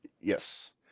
Yes